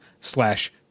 slash